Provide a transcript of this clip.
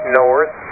north